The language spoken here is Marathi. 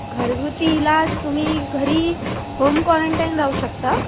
घरगुती इलाज तुम्ही घरी होम क्वारंटाईन राहू शकता